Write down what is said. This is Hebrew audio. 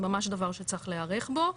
זה ממש דבר שצריך להיערך בו,